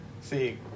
See